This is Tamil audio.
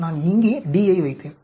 நான் இங்கே D யை வைத்தேன்